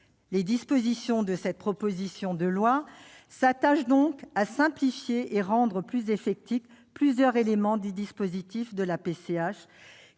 Les dispositions de cette proposition de loi s'attachent donc à simplifier et à rendre plus effectifs plusieurs éléments du dispositif de la PCH,